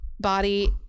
Body